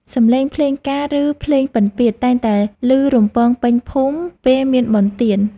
សម្លេងភ្លេងការ ឬភ្លេងពិណពាទ្យ តែងតែឮរំពងពេញភូមិពេលមានបុណ្យទាន។